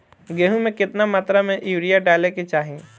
गेहूँ में केतना मात्रा में यूरिया डाले के चाही?